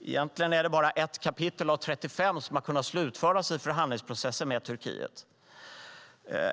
Egentligen är det bara ett kapitel av 35 som har slutförts i förhandlingsprocessen med Turkiet.